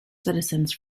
citizens